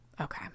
Okay